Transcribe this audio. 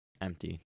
empty